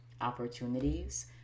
opportunities